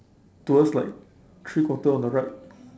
towards like three quarter on the right